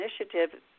initiative